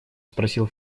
спросил